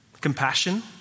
compassion